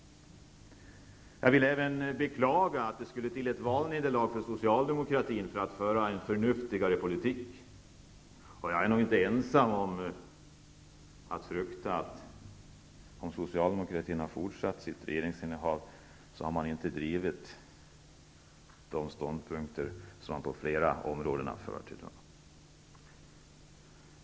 Jag vill även beklaga att det skulle till ett valnederlag för socialdemokratierna för att få dem att föra en förnuftigare politik. Jag är nog inte ensam om att frukta att om socialdemokratierna fortsatt sitt regeringsinnehav så hade man inte drivit de ståndpunkter på flera områden som man gör i dag.